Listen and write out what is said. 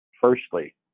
Firstly